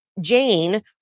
Jane